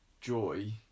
joy